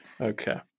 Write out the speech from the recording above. Okay